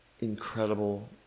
incredible